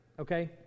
okay